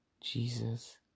Jesus